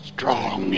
Strong